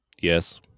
yes